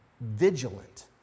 vigilant